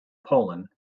poland